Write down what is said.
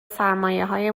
سرمایههای